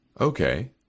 Okay